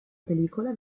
pellicola